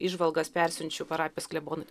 įžvalgas persiunčiu parapijos klebonui